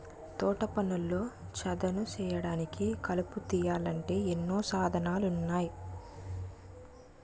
తోటపనుల్లో చదును సేయడానికి, కలుపు తీయాలంటే ఎన్నో సాధనాలున్నాయి